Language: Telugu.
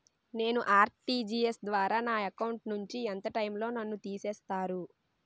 నేను ఆ.ర్టి.జి.ఎస్ ద్వారా నా అకౌంట్ నుంచి ఎంత టైం లో నన్ను తిసేస్తారు?